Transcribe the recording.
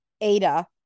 Ada